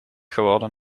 geworden